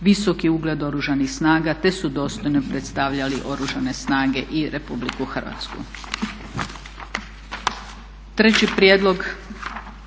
visoki ugled Oružanih snaga te su dostojno predstavljali Oružane snage i Republiku Hrvatsku. Treći prijedlog